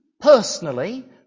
personally